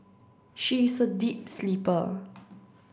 she is a deep sleeper